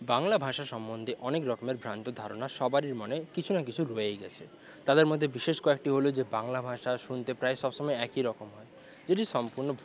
বাংলা ভাষা সম্বন্ধে অনেক রকমের ভ্রান্ত ধারণা সবারই মনে কিছু না কিছু রয়েই গেছে তাদের মধ্যে বিশেষ কয়েকটি হলো যে বাংলা ভাষা শুনতে প্রায় সবসময় একই রকম হয় যেটি সম্পূর্ণ ভুল